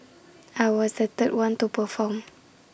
I was the third one to perform